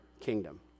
kingdom